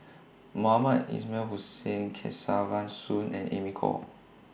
Mohamed Ismail Hussain Kesavan Soon and Amy Khor